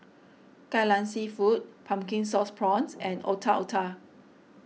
Kai Lan Seafood Pumpkin Sauce Prawns and Otak Otak